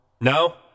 No